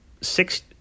six